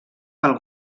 pel